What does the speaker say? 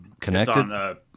connected